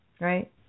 Right